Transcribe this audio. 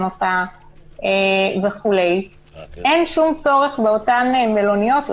אותה וכו' אז אין שום צורך באותן מלוניות.